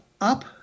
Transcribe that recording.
up